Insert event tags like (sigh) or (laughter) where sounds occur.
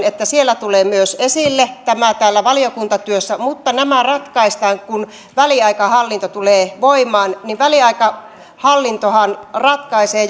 (unintelligible) että tämä tulee esille myös valiokuntatyössä mutta nämä ratkaistaan kun väliaikahallinto tulee voimaan väliaikahallintohan ratkaisee (unintelligible)